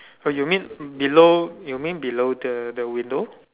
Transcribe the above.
oh you mean below you mean below the the window